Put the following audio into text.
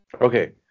Okay